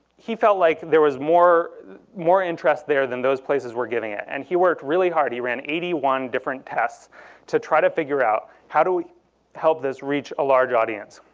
he felt like there was more more interest there than those places were giving it. and he worked really hard, he ran eighty one different tests to try to figure out how do we help this reach a large audience?